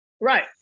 Right